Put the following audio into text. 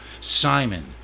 Simon